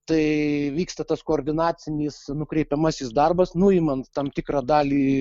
tai vyksta tas koordinacinis nukreipiamasis darbas nuimant tam tikrą dalį